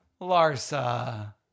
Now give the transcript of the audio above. Larsa